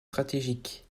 stratégiques